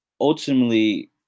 Ultimately